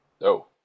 No